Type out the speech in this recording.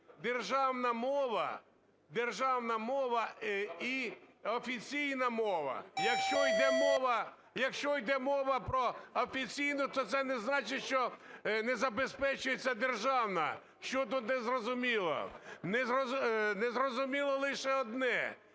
"державна мова" і "офіційна мова". Якщо йде мова про офіційну, то це не значить, що не забезпечується державна. Що тут не зрозуміло? Не зрозуміло лише одне,